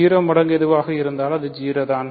0 இன் மடங்கு எதுவாக இருந்தாலும் அது 0 ஆகும்